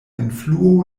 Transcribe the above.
influo